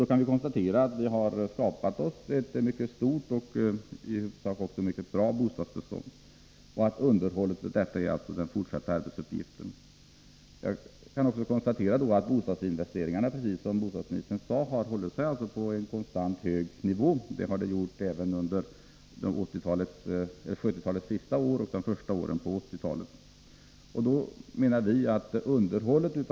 Vi kan slå fast att vi har skapat ett mycket stort och ett i huvudsak mycket bra bostadsbestånd och att den kommande arbetsuppgiften är underhållet av detta. Jag konstaterar också att bostadsinvesteringarna, precis som bostadsministern sade, har hållit sig på en konstant hög nivå. Det har de gjort under 1970-talets sista år och under de första åren av 1980-talet.